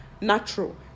natural